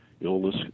Illness